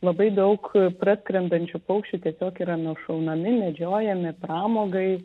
labai daug praskrendančių paukščių tiesiog yra nušaunami medžiojami pramogai